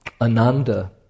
Ananda